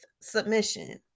submission